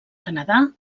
canadà